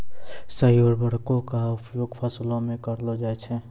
सही उर्वरको क उपयोग फसलो म करलो जाय छै